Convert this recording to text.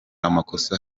amakosa